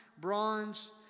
bronze